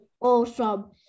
Awesome